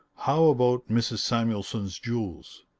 how about mrs. samuelson's jewels?